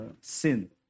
sin